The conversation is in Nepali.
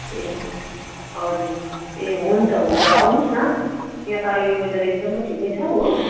ए हजुर ए हुन्छ हुन्छ आउनुहोस् न यहाँ त अहिले वेदर एकदमै ठिकै छ हो